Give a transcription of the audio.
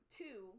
two